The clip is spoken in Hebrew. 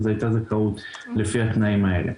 אז הייתה זכאות לפי התנאים האלה.